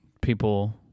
people